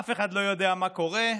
אף אחד לא יודע מה קורה.